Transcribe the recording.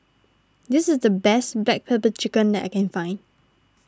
this is the best Black Pepper Chicken that I can find